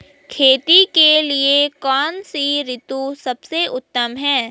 खेती के लिए कौन सी ऋतु सबसे उत्तम है?